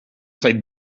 zait